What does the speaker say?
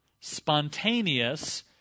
spontaneous